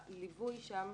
הליווי נקבע שם